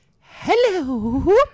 Hello